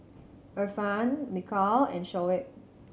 Irfan Mikhail and Shoaib